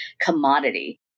commodity